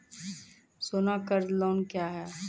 सोना कर्ज लोन क्या हैं?